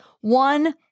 one